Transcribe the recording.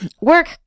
Work